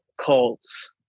cults